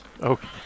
Okay